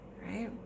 right